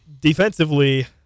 defensively